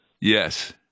Yes